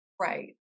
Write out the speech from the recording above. Right